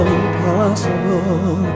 impossible